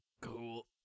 Cool